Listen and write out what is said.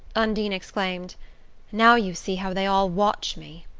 undine exclaimed now you see how they all watch me!